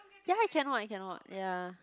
ya I cannot I cannot ya